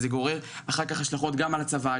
זה גורר אחר כך השלכות גם על הצבא,